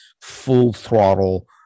full-throttle